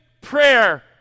prayer